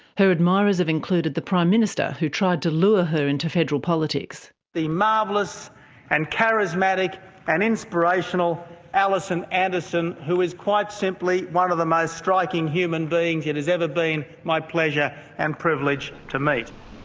her admirers have included the prime minister, who tried to lure her into federal politics. the marvellous and charismatic and inspirational alison anderson who is quite simply one of the most striking human beings who and has ever been my pleasure and privilege to meet.